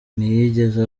ntiyigeze